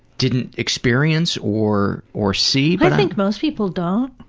didn't experience or or see. i think most people don't.